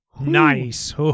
Nice